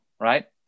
Right